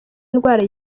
indwara